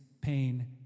pain